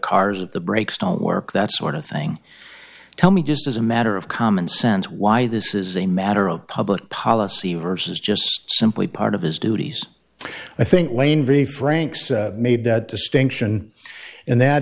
of the brakes don't work that sort of thing tell me just as a matter of common sense why this is a matter of public policy versus just simply part of his duties i think lane v franks made that distinction and that